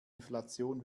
inflation